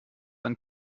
ein